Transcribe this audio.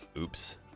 Oops